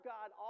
God